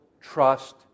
trust